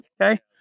okay